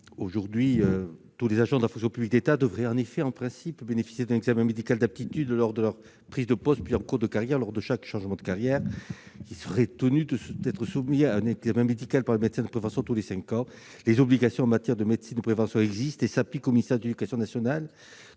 collègue. Tous les agents de la fonction publique d'État devraient en principe bénéficier d'un examen médical d'aptitude lors de leur prise de poste, puis en cours de carrière à l'occasion de chaque changement. En outre, ils sont tenus de se soumettre à un examen médical par le médecin de prévention tous les cinq ans. Les obligations en matière de médecine de prévention existent donc et s'appliquent au ministère de l'éducation nationale.